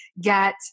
get